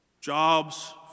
Jobs